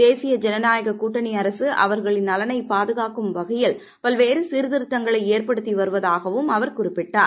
தேசிய ஜனநாயகக் கூட்டணி அரசு அவர்களின் நலனை பாதுகாக்கும் வகையில் பல்வேறு சீர்திருத்தங்களை செயல்படுத்தி வருவதாகவும் அவர் குறிப்பிட்டார்